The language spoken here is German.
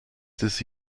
des